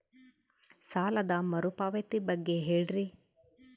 ಸಾಲ ಮರುಪಾವತಿ ಬಗ್ಗೆ ಹೇಳ್ರಿ?